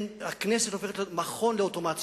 הכנסת הופכת להיות מכון לאוטומציה,